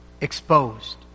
exposed